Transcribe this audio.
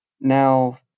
Now